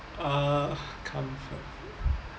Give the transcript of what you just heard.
uh comfort food